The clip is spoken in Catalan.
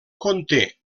conté